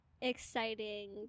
exciting